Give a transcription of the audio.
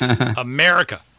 America